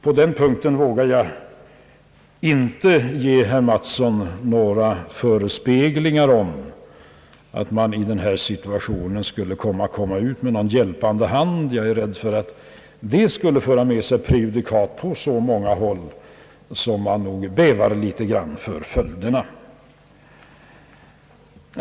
På den punkten vågar jag inte ge herr Mattsson några förespeglingar om att staten skulle kunna sträcka ut en hjälpande hand. Jag är rädd för att det skulle föra med sig prejudikat på så många håll att det finns anledning att bäva för följderna.